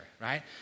right